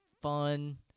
Fun